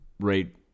right